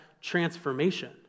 transformation